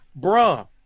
bruh